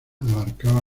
abarcaba